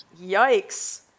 Yikes